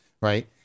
right